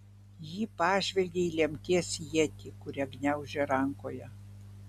ji pažvelgė į lemties ietį kurią gniaužė rankoje